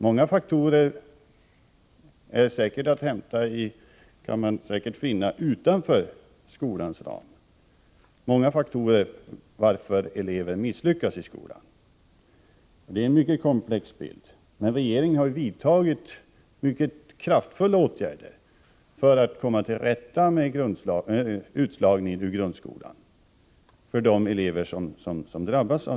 Många faktorer som bidragit till att elever misslyckas i skolan kan man säkert finna utanför skolans ram. Det är en mycket komplex bild. Men regeringen har vidtagit mycket kraftfulla åtgärder för att komma till rätta med utslagningen i grundskolan och för de elever som drabbas.